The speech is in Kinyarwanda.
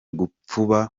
gupfuba